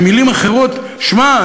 במילים אחרות: שמע,